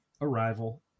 arrival